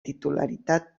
titularitat